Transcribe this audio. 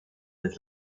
des